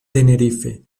tenerife